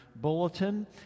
bulletin